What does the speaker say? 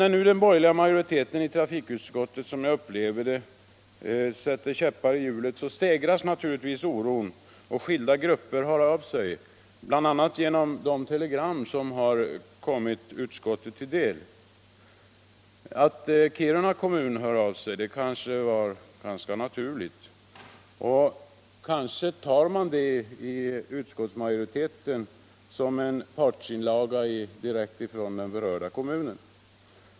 När nu den borgerliga majoriteten i trafikutskottet vill sätta käppar i hjulet —- som jag upplever det — stegras oron och skilda grupper hör av sig, bl.a. genom telegram som kommit utskottet till del. Att Kiruna kommun har hört av sig är kanske rätt naturligt, och måhända tar utskottsmajoriteten det som en partsinlaga från den direkt berörda kommunen.